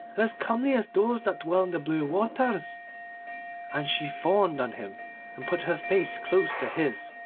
and as comely as those that dwell in the blue waters and she fawned on him and put her face close to his.